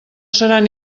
seran